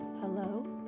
hello